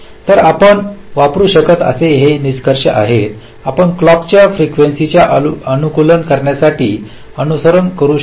तर आपण वापरू शकता असे हे काही निकष आहेत आपण क्लॉक च्या फ्रीकेंसीचे अनुकूलन करण्यासाठी अनुसरण करू शकता